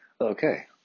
okay